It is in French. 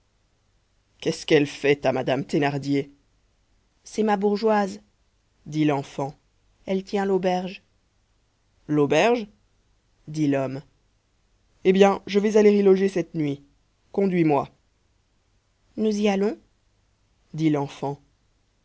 qu'est-ce qu'elle fait ta madame thénardier c'est ma bourgeoise dit l'enfant elle tient l'auberge l'auberge dit l'homme eh bien je vais aller y loger cette nuit conduis-moi nous y allons dit l'enfant